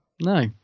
No